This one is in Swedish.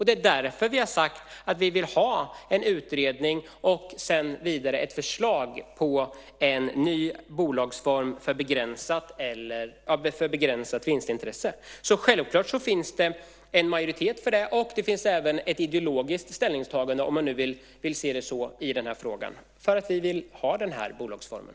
Det är därför vi har sagt att vi vill ha en utredning och sedan vidare ett förslag på en ny bolagsform för begränsat vinstintresse. Självklart finns det en majoritet för det, och det finns även ett ideologiskt ställningstagande, om man nu vill se det så, i den här frågan, för att vi vill ha den här bolagsformen.